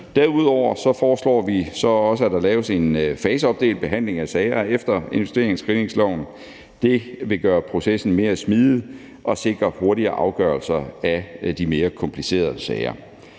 Derudover foreslår vi, at der laves en faseopdelt behandling af sager efter investeringsscreeningsloven. Det vil gøre processen mere smidig og sikre hurtigere afgørelser af de mere komplicerede sager.